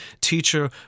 Teacher